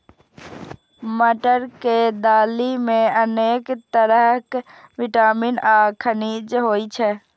मटर के दालि मे अनेक तरहक विटामिन आ खनिज होइ छै